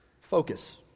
focus